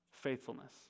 faithfulness